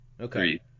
Okay